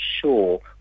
sure